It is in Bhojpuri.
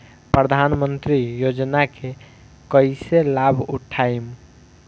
प्रधानमंत्री योजना के कईसे लाभ उठाईम?